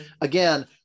again